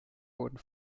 wurden